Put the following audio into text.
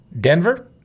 denver